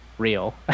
real